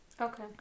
Okay